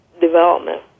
development